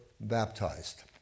baptized